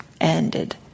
ended